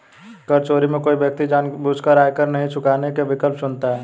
कर चोरी में कोई व्यक्ति जानबूझकर आयकर नहीं चुकाने का विकल्प चुनता है